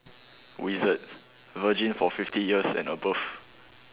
wizards virgin for fifty years and above